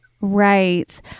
Right